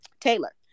Taylor